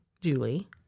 Julie